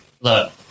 look